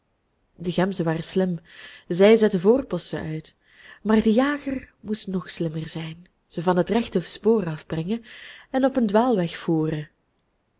de gemzen waren slim zij zetten voorposten uit maar de jager moest nog slimmer zijn ze van het rechte spoor afbrengen en op een dwaalweg voeren